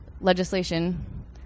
legislation